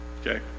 Okay